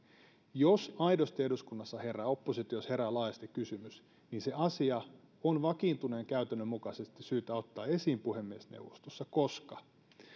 jos aidosti eduskunnassa herää oppositiossa herää laajasti kysymys niin asia on vakiintuneen käytännön mukaisesti syytä ottaa esiin puhemiesneuvostossa